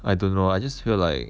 I don't know I just feel like